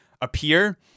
appear